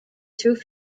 through